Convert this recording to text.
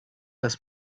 das